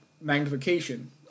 magnification